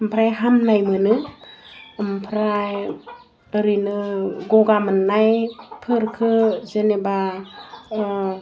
ओमफ्राय हामनाय मोनो ओमफ्राय ओरैनो गगा मोन्नायफोरखो जेनेबा